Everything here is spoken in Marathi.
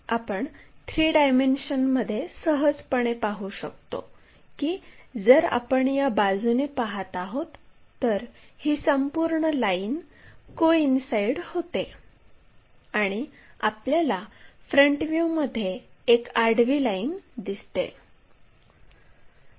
आपण 3 डायमेन्शनमध्ये सहजपणे पाहू शकतो की जर आपण या बाजूने पाहत आहोत तर ही संपूर्ण लाईन कोईनसाईड होते आणि आपल्याला फ्रंट व्ह्यूमध्ये एक आडवी लाईन दिसते